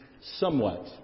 somewhat